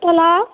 hello